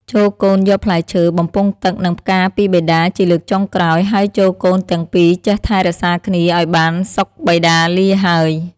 ចូរកូនយកផ្លែឈើ បំពង់ទឹក និងផ្កាពីបិតាជាលើកចុងក្រោយ ហើយចូរកូនទាំងពីរចេះថែរក្សាគ្នាឱ្យបានសុខបិតាលាហើយ។។